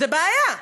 זה בעיה.